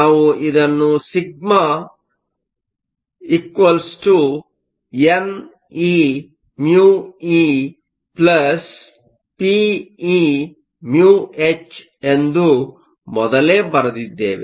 ನಾವು ಇದನ್ನು σ neμepeμh ಎಂದು ಮೊದಲೇ ಬರೆದಿದ್ದೇವೆ